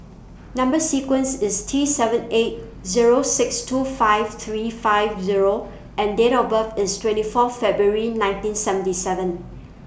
Number sequence IS T seven eight Zero six two five three five Zero and Date of birth IS twenty Fourth February nineteen seventy seven